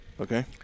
Okay